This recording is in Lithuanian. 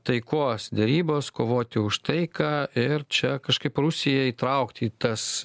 taikos derybos kovoti už taiką ir čia kažkaip rusiją įtraukti į tas